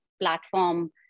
platform